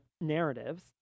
narratives